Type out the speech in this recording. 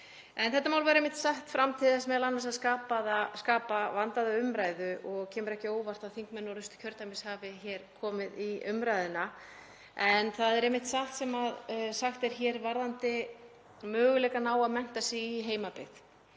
Þetta mál var einmitt sett fram til þess m.a. að skapa vandaða umræðu og kemur ekki á óvart að þingmenn Norðausturkjördæmis hafi hér komið í umræðuna. En það er satt sem sagt er hér varðandi möguleikann á að mennta sig í heimabyggð,